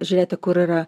žiūrėti kur yra